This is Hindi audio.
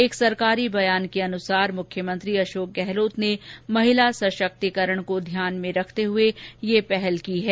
एक सरकारी बयान के अनुसार मुख्यमंत्री अशोक गहलोत ने महिला सशक्तिकरण को ध्यान में रखते हुए यह पहल की है